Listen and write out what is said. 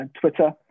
twitter